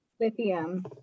Lithium